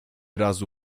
razu